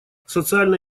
социально